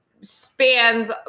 spans